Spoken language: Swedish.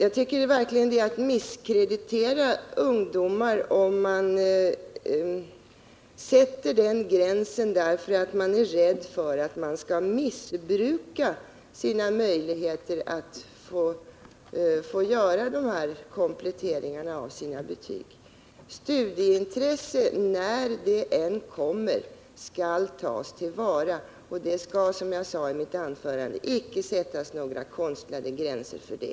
Vi tycker att det verkligen är att misskreditera ungdomar om man sätter den gränsen därför att man är rädd för att de skall missbruka sina möjligheter att komplettera sina betyg. Studieintresse skall — när det än kommer — tas till vara. Det skall, som jag sade i mitt anförande, inte sättas några konstlade gränser för det.